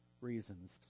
reasons